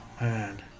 man